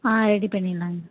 ஆ ready பண்ணிடலாங்க